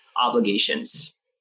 obligations